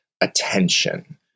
attention